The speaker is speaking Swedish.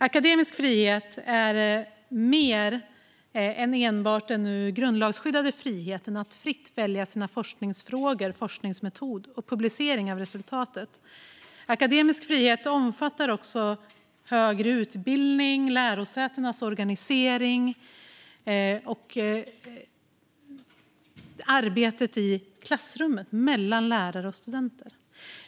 Akademisk frihet är mer än enbart den grundlagsskyddade friheten att fritt välja sina forskningsfrågor och sin forskningsmetod och publicering av resultatet. Akademisk frihet omfattar också högre utbildning, lärosätenas organisering och arbetet i klassrummet mellan lärare och studenter.